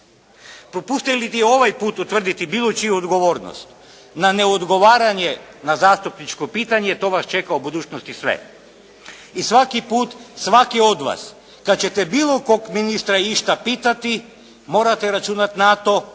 Propustili bi ovaj put utvrditi bilo čiju odgovornost na neodgovaranje na zastupničko pitanje to vas čeka u budućnosti sve. I svaki puta svaki od vas kada ćete bilo kog ministra išta pitati morate računati na to